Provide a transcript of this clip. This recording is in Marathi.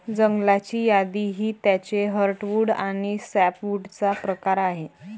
जंगलाची यादी ही त्याचे हर्टवुड आणि सॅपवुडचा प्रकार आहे